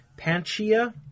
panchia